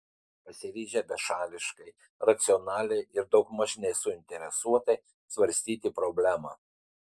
pasiryžę bešališkai racionaliai ir daugmaž nesuinteresuotai svarstyti problemą